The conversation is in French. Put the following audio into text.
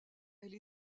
elle